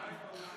ההצעה להעביר